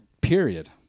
Period